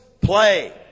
Play